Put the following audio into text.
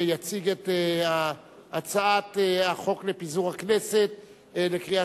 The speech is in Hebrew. ויציג את הצעת החוק לפיזור הכנסת לקריאה